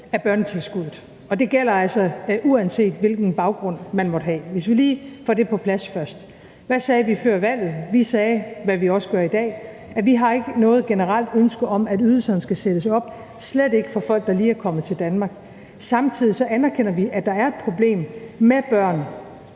af børnetilskuddet, og det gælder altså, uanset hvilken baggrund man måtte have. Vi skal lige have det på plads først. Hvad sagde vi før valget? Vi sagde, hvad vi også gør i dag, at vi ikke har noget generelt ønske om, at ydelserne skal sættes op, slet ikke for folk, der lige er kommet til Danmark. Samtidig anerkender vi, at der er et problem med børn,